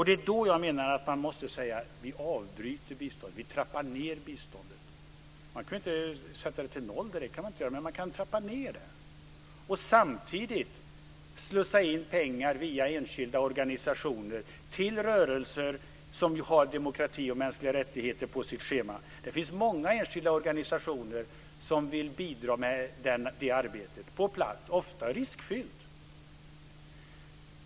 Det är då jag menar att vi måste säga att vi avbryter eller trappar ned biståndet. Vi kan inte sätta ned det till noll, men vi kan trappa ned det och samtidigt slussa in pengar via enskilda organisationer till rörelser som har demokrati och mänskliga rättigheter på sitt schema. Det finns många enskilda organisationer som vill bidra med det arbetet på plats, som ofta är riskfyllt.